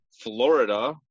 Florida